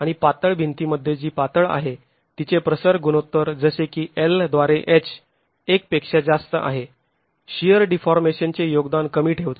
आणि पातळ भिंतीमध्ये जी पातळ आहे तिचे प्रसर गुणोत्तर जसे की L द्वारे h १ पेक्षा जास्त आहे शिअर डीफॉर्मेशनचे योगदान कमी ठेवते